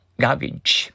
Garbage